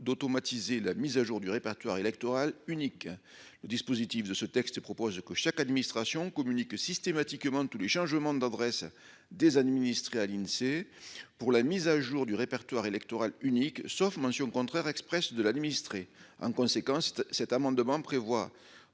d'automatiser la mise à jour du répertoire électoral unique, le dispositif de ce texte propose que chaque administration communique systématiquement tous les changements d'adresse des administrés à l'Insee pour la mise à jour du répertoire électoral unique sauf mention contraire expresse de l'administrer en conséquence, cet amendement prévoit